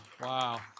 Wow